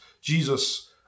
Jesus